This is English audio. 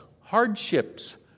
hardships